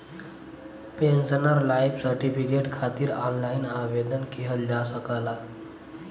pensioner life certificate खातिर online आवेदन किहल जा सकला